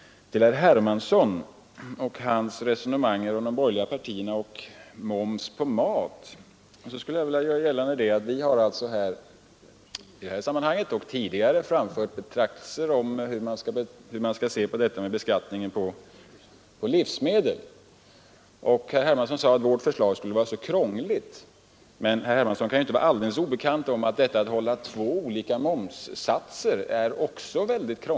Herr Hermansson för ett resonemang om de borgerliga partiernas inställning när det gäller moms på mat, som jag vill bemöta. Vi har i detta sammanhang och tidigare framfört betraktelser om hur man skall se på beskattningen av livsmedel. Herr Hermansson sade att vårt förslag skulle vara krångligt, men herr Hermansson kan inte vara alldeles okunnig om att det också är mycket krångligt att hålla två olika momssatser.